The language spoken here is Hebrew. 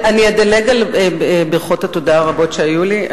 אני אדלג על ברכות התודה הרבות שהיו לי.